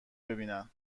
ببینن